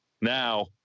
now